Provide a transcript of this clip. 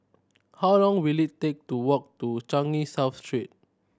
how long will it take to walk to Changi South Street